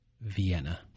vienna